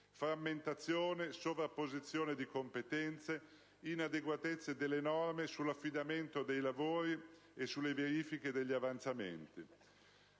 frammentazione, sovrapposizione di competenze, inadeguatezza delle norme sull'affidamento dei lavori e sulle verifiche degli avanzamenti».